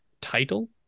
title